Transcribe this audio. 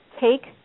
take